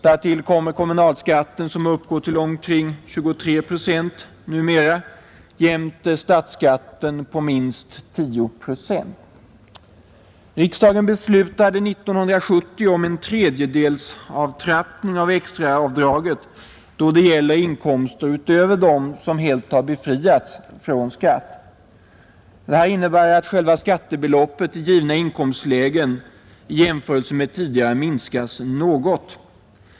Därtill kommer kommunalskatten, som numera uppgår till omkring 23 procent, jämte statsskatten på minst 10 procent. Riksdagen beslutade 1970 om en tredjedelsavtrappning av extraavdraget då det gäller inkomster utöver dem som helt har befriats från skatt. Detta innebär att själva skattebeloppet i givna inkomstlägen i jämförelse med tidigare minskas något.